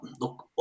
look